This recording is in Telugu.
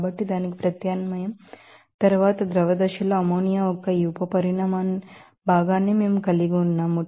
కాబట్టి దానికి ప్రత్యామ్నాయం తరువాత ద్రవ దశల్లో అమ్మోనియా యొక్క ఈ ఉప పరిమాణ భాగాన్ని మేము కలిగి ఉన్నాము